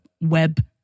web